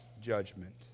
judgment